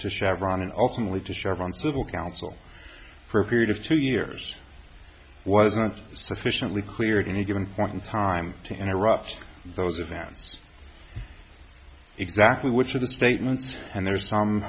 to chevron and ultimately to chevron civil counsel for a period of two years wasn't sufficiently clear at any given point in time to interrupt those events exactly which of the statements and there's some